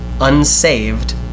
unsaved